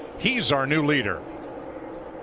he is our new leader.